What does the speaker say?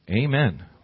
Amen